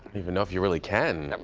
know if you really can.